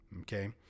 okay